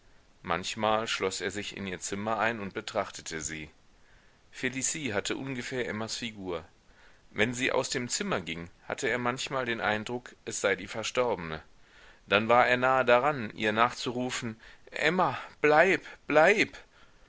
manchmal schloß er sich in ihr zimmer und betrachtete sie felicie hatte ungefähr emmas figur wenn sie aus dem zimmer ging hatte er manchmal den eindruck es sei die verstorbne dann war er nahe daran ihr nachzurufen emma bleib bleib